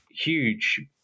Huge